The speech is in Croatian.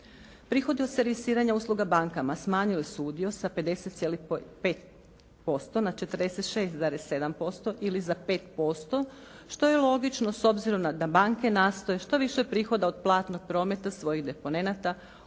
Prihodi od servisiranja usluga bankama smanjili su udio sa 50,5% na 46,7% ili za 5% što je logično s obzirom da banke nastoje što više prihoda od platnog prometa svojih deponenata usmjeriti